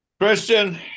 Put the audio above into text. Christian